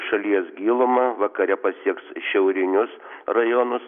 šalies gilumą vakare pasieks šiaurinius rajonus